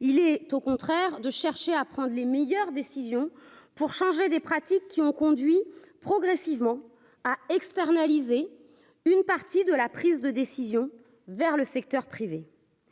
il est au contraire de chercher à prendre les meilleures décisions pour changer des pratiques qui ont conduit progressivement à externaliser une partie de la prise de décision vers le secteur privé,